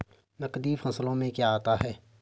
नकदी फसलों में क्या आता है?